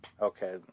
Okay